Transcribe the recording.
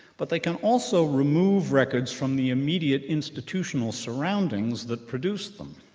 but they can also remove records from the immediate institutional surroundings that produce them.